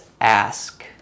ask